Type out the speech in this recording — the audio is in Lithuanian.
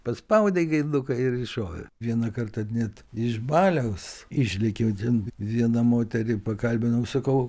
paspaudei gaiduką ir iššovė vieną kartą net iš baliaus išlėkiau ten vieną moterį pakalbinau sakau